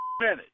minute